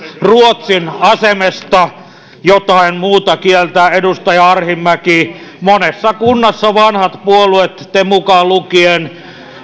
ruotsin asemesta jotain muuta kieltä edustaja arhinmäki monessa kunnassa te vanhat puolueet te mukaan lukien